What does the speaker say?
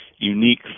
unique